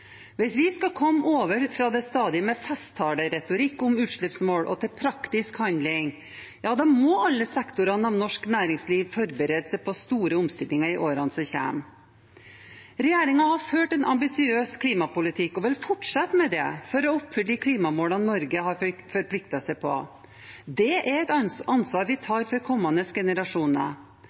Hvis vi skal komme over fra stadiet med festtaleretorikk om utslippsmål og til praktisk handling, må alle sektorer av norsk næringsliv forberede seg på store omstillinger i årene som kommer. Regjeringen har ført en ambisiøs klimapolitikk og vil fortsette med det for å oppfylle de klimamålene Norge har forpliktet seg til. Det er et ansvar vi tar for kommende generasjoner.